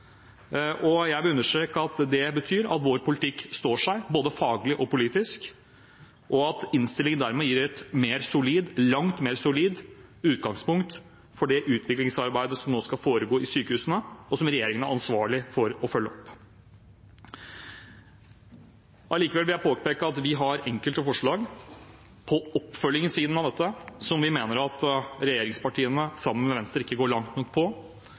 betyr at vår politikk står seg både faglig og politisk, og at innstillingen dermed gir et mer solid – langt mer solid – utgangspunkt for det utviklingsarbeidet som nå skal foregå i sykehusene, og som regjeringen er ansvarlig for å følge opp. Allikevel vil jeg påpeke at vi har enkelte forslag på oppfølgingssiden av dette der vi mener at regjeringspartiene sammen med Venstre ikke går langt nok.